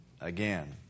again